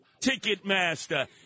Ticketmaster